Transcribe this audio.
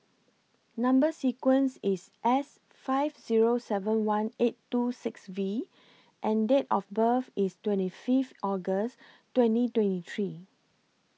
Number sequence IS S five Zero seven one eight two six V and Date of birth IS twenty five August twenty twenty three